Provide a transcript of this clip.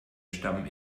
stamm